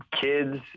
kids